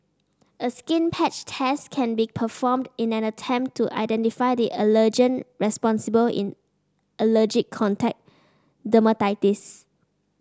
a skin patch test can be performed in an attempt to identify the allergen responsible in allergic contact dermatitis